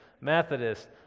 Methodist